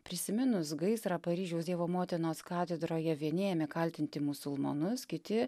prisiminus gaisrą paryžiaus dievo motinos katedroje vieni ėmė kaltinti musulmonus kiti